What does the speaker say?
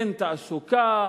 אין תעסוקה.